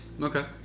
Okay